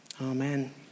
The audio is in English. Amen